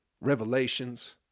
revelations